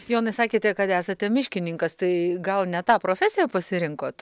jonai sakėte kad esate miškininkas tai gal ne tą profesiją pasirinkot